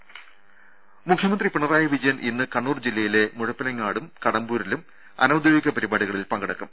രുര മുഖ്യമന്ത്രി പിണറായി വിജയൻ ഇന്ന് കണ്ണൂർ ജില്ലയിലെ മുഴപ്പിലങ്ങാടും കടമ്പൂരിലും അനൌദ്യോഗിക പരിപാടികളിൽ പങ്കെടുക്കും